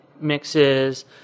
mixes